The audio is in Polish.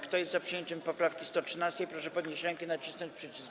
Kto jest za przyjęciem poprawki 113., proszę podnieść rękę i nacisnąć przycisk.